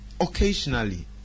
occasionally